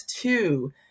two